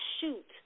shoot